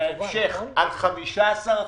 ובהמשך על 15%,